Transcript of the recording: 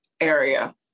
area